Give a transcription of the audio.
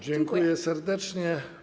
Dziękuję serdecznie.